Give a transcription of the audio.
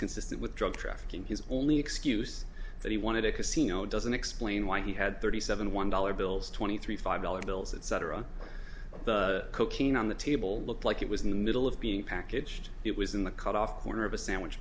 consistent with drug trafficking his only excuse that he wanted a casino doesn't explain why he had thirty seven one dollar bills twenty three five dollar bills etc cocaine on the table looked like it was in the middle of being packaged it was in the cut off corner of a sandwich